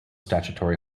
statutory